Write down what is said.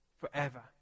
forever